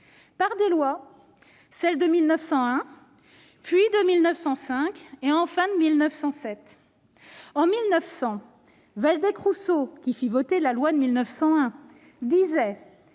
Par des lois : celles de 1901, puis de 1905 et, enfin, de 1907. En 1900, Waldeck-Rousseau, qui fit voter la loi de 1901, disait